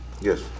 Yes